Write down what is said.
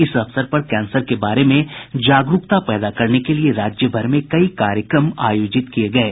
इस अवसर पर कैंसर के बारे में जागरूकता पैदा करने के लिए राज्यभर में कई कार्यक्रम आयोजित किये गये